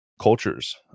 cultures